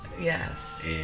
yes